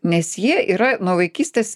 nes jie yra nuo vaikystės